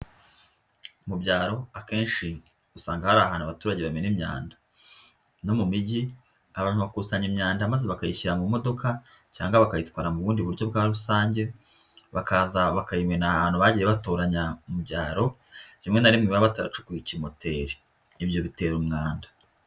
Mu byaro akenshi usanga hari ahantu abaturage bamena imyanda, no mu mijyi abantu bakusanya imyanda maze bakayishyira mu modoka cyangwa bakayitwara mu bundi buryo bwa rusange, bakaza bakayimena ahantu bagiye batoranya mu byaro, rimwe na rimwe baba bataracukuye ikimoteri ibyo bitera umwanda.